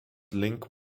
link